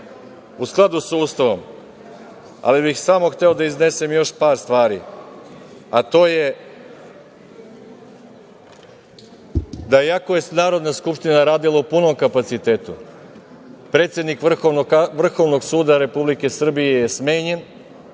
u skladu sa Ustavom, ali bih samo hteo da iznesem još par stvari, a to je da iako je Narodna skupština radila u punom kapacitetu, predsednik Vrhovnog suda Republike Srbije je smenjen